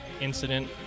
incident